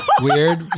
weird